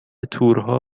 تورها